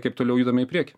kaip toliau judame į priekį